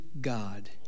God